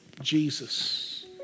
Jesus